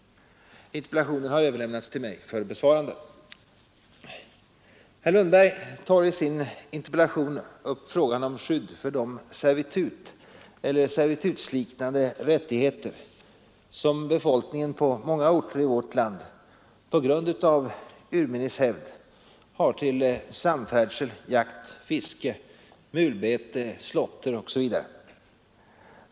Interpellationen har överlämnats till mig för besvarande. Herr Lundberg tar i sin interpellation upp frågan om skydd för de servitut eller servitutsliknande rättigheter som befolkningen på många orter i vårt land på grund av urminnes hävd har till samfärdsel, jakt, fiske, mulbete, slåtter etc.